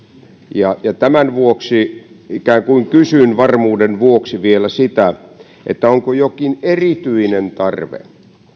tämän vuoksi kysyn ikään kuin varmuuden vuoksi vielä onko jokin erityinen tarve